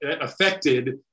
affected